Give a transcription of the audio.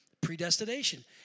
Predestination